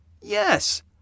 Yes